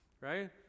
right